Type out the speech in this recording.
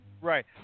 Right